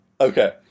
Okay